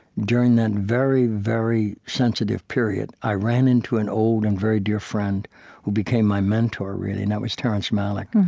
during that very, very sensitive period, i ran into an old and very dear friend who became my mentor, really, and that was terrence malick,